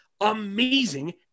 amazing